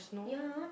ya